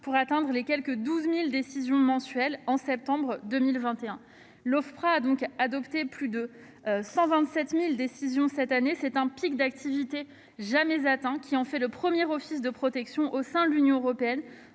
pour atteindre le nombre d'environ 12 000 décisions mensuelles au mois de septembre 2021. L'Ofpra a donc adopté plus de 127 000 décisions cette année. Cela correspond à un pic d'activité jamais atteint, qui en fait le premier office de protection au sein de l'Union européenne